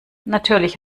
natürlich